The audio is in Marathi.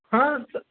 हां सर